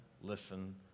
listen